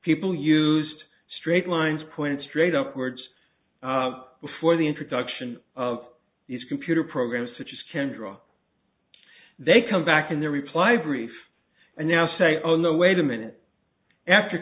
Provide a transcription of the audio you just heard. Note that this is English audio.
people used straight lines point straight up words before the introduction of these computer programs such as kendra they come back in their reply brief and now say oh no wait a minute after